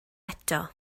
eto